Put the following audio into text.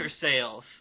sales